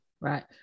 Right